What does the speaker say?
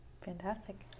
Fantastic